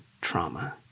trauma